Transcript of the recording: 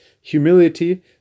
humility